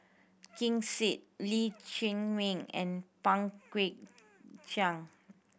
Ken Seet Lee Chiaw Meng and Pang Guek Cheng